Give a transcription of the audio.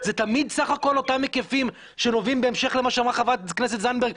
זה תמיד סה"כ אותם היקפים שנובעים בהמשך למה שאמרה חברת הכנסת זנדברג,